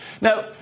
Now